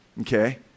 Okay